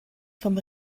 vom